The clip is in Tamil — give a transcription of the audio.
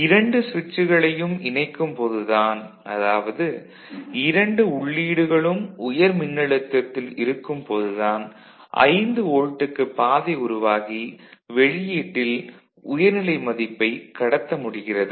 இரண்டு சுவிட்சுகளையும் இணைக்கும் போது தான் அதாவது இரண்டு உள்ளீடுகளும் உயர் மின்னழுத்தத்தில் இருக்கும் போது தான் 5 வோல்ட்க்கு பாதை உருவாகி வெளியீட்டில் உயர்நிலை மதிப்பைக் கடத்த முடிகிறது